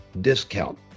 discount